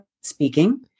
speaking